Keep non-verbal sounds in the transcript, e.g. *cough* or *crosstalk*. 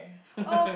*laughs*